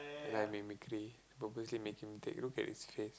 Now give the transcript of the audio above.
ya mimicry purposely make him take a look at his face